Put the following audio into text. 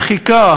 דחיקה,